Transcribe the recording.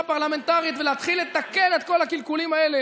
פרלמנטרית ולהתחיל לתקן את כל הקלקולים האלה